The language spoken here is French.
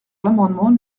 l’amendement